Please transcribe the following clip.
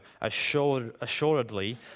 assuredly